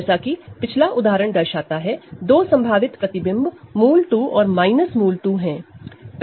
जैसा कि पिछला उदाहरण दर्शाता है दो संभावित इमेज √2 और √2 है